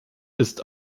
ist